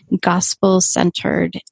gospel-centered